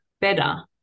better